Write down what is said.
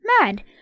MAD